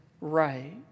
right